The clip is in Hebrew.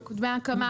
דמי הקמה